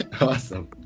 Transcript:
awesome